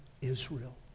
Israel